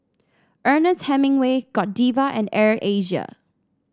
Ernest Hemingway Godiva and Air Asia